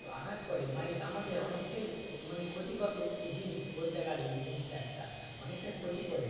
আঘাত করে মাইক আমাদের অনেকটাই ও মানে ক্ষতিকর জিনিস বলতে গেলে এই জিনিসটা একটা অনেকটা ক্ষতি করে